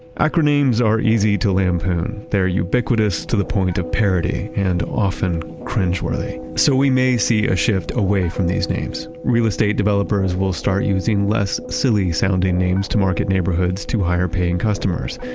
acronames are easy to lampoon. they're ubiquitous to the point of parody and often cringe-worthy. so, we may see a shift away from these names. real estate developers will start using less silly sounding names to market neighborhoods to higher paying customers.